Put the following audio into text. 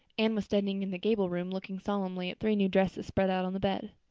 anne was standing in the gable room, looking solemnly at three new dresses spread out on the bed.